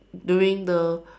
during the